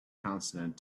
consonant